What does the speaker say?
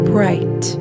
Bright